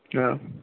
ആ